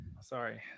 Sorry